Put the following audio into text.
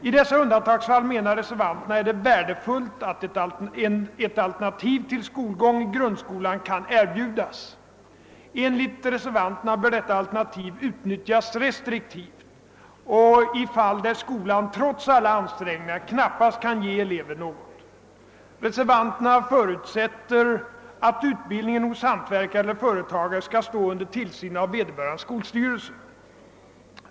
I dessa undantagsfall, menar reservanterna, är det värdefullt att ett alternativ till skolgång i grundskolan kan erbjudas. Enligt reservanterna bör detta alternativ utnyttjas restriktivt och i fall där skolan trots alla ansträngningar knappast kan ge eleven något. Re servanterna förutsätter att utbildningen hos hantverkare eller företagare skall stå under tillsyn av vederbörande skolstyrelse.